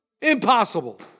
Impossible